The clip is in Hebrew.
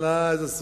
זו סוויטה?